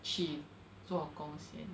去做工先